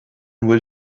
bhfuil